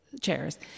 chairs